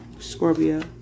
Scorpio